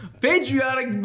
patriotic